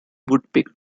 woodpecker